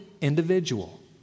individual